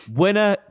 winner